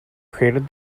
created